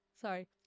Sorry